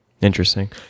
Interesting